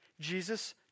Jesus